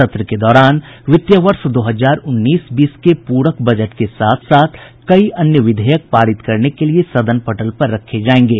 सत्र के दौरान वित्तीय वर्ष दो हजार उन्नीस बीस के प्रक बजट के साथ साथ कई अन्य विधेयक पारित करने के लिए सदन पटल पर रखे जायेंगे